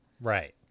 Right